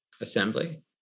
assembly